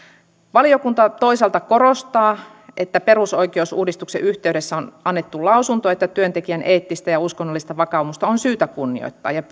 valiokunta toisaalta korostaa että perusoikeusuudistuksen yhteydessä on annettu lausunto että työntekijän eettistä ja uskonnollista vakaumusta on syytä kunnioittaa ja